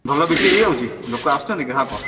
ଭଲ ବିକ୍ରି ହେଇଯାଉଛି ଲୋକ ଆସୁଛନ୍ତି ଗ୍ରାହକ